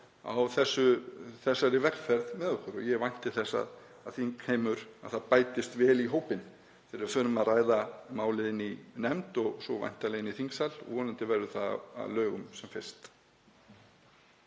í þessari vegferð með okkur og ég vænti þess að það bætist vel í hópinn þegar við förum að ræða málið í nefnd og svo væntanlega í þingsal og vonandi verður það að lögum sem fyrst.